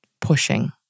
pushing